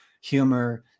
humor